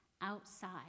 outside